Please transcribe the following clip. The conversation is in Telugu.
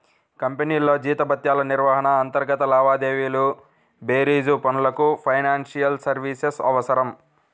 కంపెనీల్లో జీతభత్యాల నిర్వహణ, అంతర్గత లావాదేవీల బేరీజు పనులకు ఫైనాన్షియల్ సర్వీసెస్ అవసరం